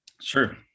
Sure